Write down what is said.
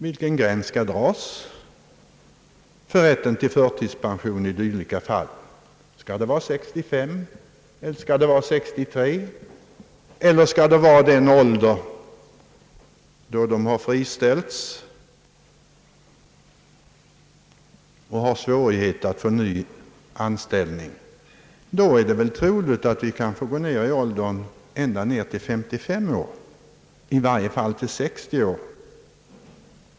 Var skall gränsen dras för rätten till förtidspension? Skall den sättas vid 65 eller 63 år eller skall man ta den ålder då vederbörande har friställts och har svårigheter att få ny anställning? Om en sådan gräns dras, är det troligt att man kan få gå ned ända till åldern 55, i varje fall 60 år.